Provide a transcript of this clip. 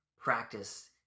practice